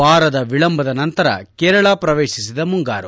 ವಾರದ ವಿಳಂಬದ ನಂತರ ಕೇರಳ ಪ್ರವೇಶಿಸಿದ ಮುಂಗಾರು